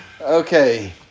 Okay